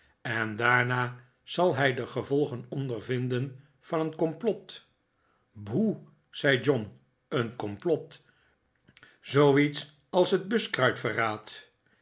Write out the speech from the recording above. en daarna zal hij de gevolgen ondervinden van een complot boe zei john een complot zooiets als het buskruitverraad